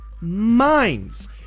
minds